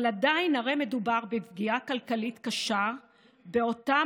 אבל עדיין הרי מדובר בפגיעה כלכלית קשה באותם